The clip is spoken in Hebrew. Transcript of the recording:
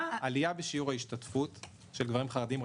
הייתה עלייה בשיעור ההשתתפות של גברים חרדים,